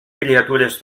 criatures